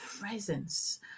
presence